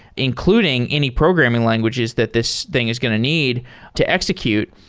including any programming languages that this thing is going to need to execute.